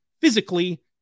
physically